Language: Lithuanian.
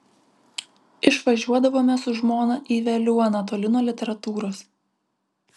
išvažiuodavome su žmona į veliuoną toli nuo literatūros